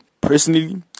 personally